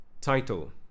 Title